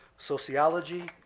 sociology,